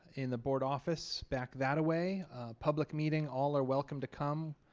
in the board office back thataway public meeting. all are welcome to come.